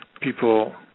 people